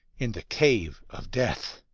in the cave of death.